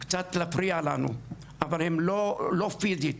קצת להפריע לנו, אבל לא פיזית,